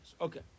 Okay